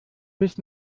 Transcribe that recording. bis